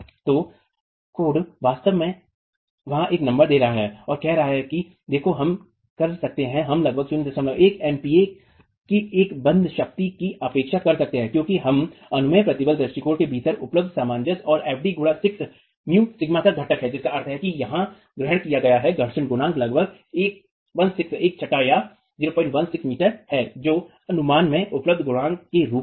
तो कोड वास्तव में वहां एक नंबर दे रहा है और कह रहा है कि देखो हम कर सकते हैं हम लगभग 01 Mpa एमपीए की एक बंध शक्ति की अपेक्षा कर सकते हैं क्योंकि एक अनुमेय प्रतिबल दृष्टिकोण के भीतर उपलब्ध सामंजस्य और fd गुणा 6 μσका घटक है जिसका अर्थ है कि यहां ग्रहण किया गया घर्षण गुणांक लगभग एक छठा या 0167 मीटर है जो अनुमान में उपलब्ध गुणांक के रूप में है